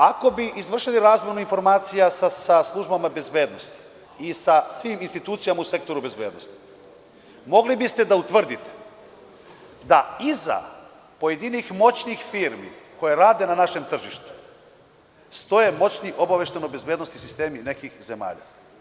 Ako bi izvršili razmenu informacija sa službama bezbednosti i sa svim institucijama u sektoru bezbednosti, mogli biste da utvrdite da iza pojedinih moćnih firmi koje rade na našem tržištu stoje moćni obaveštajno-bezbednosni sistemi nekih zemalja.